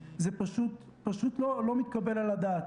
זה פשוט לא מתקבל על הדעת.